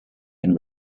and